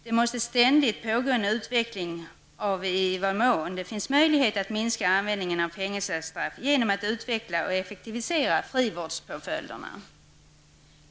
Det måste ständigt pågå en utveckling av i vad mån det finns möjlighet att minska användningen av fängelsestraff genom att utveckla och effektivisera frivårdspåföljderna.